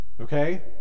Okay